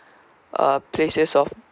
uh places of